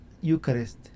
Eucharist